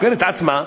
חוקרת את עצמה,